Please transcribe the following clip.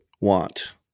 want